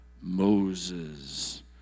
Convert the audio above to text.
Moses